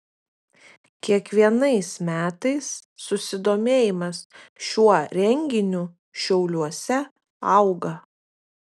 kiekvienais metais susidomėjimas šiuo renginiu šiauliuose auga